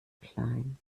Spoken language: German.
klein